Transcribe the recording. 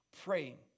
praying